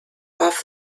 off